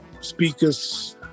speakers